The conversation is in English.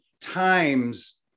times